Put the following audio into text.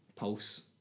pulse